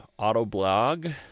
Autoblog